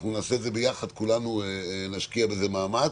אנחנו נעשה את זה ביחד, כולנו נשקיע בזה מאמץ